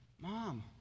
mom